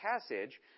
passage